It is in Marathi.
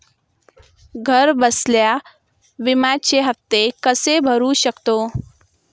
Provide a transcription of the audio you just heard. घरबसल्या विम्याचे हफ्ते कसे भरू शकतो?